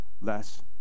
less